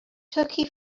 turkey